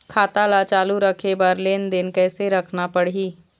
खाता ला चालू रखे बर लेनदेन कैसे रखना पड़ही?